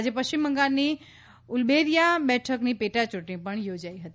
આજે પશ્ચિમ બંગાળની ઉલુબેરિયા બેઠકની પેટાચૂંટણી પણ યોજાઇ હતી